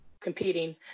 competing